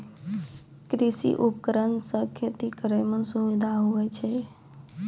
कृषि उपकरण से खेती करै मे सुबिधा हुवै छै